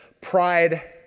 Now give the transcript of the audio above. pride